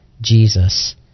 Jesus